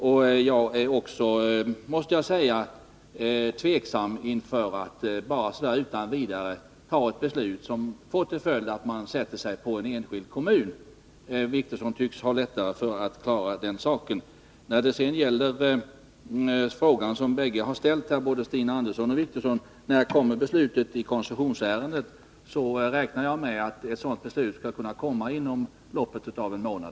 Jag måste också säga att jag är tveksam inför att bara så där utan vidare ta ett beslut som får till följd att man sätter sig på en enskild kommun. Åke Wictorsson tycks ha lättare att klara den saken. Både Åke Wictorsson och Stina Andersson har frågat när beslutet i koncessionsärendet kommer. Jag räknar med att ett sådant beslut skall komma inom loppet av en månad.